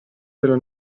della